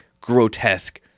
grotesque